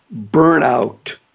burnout